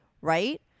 right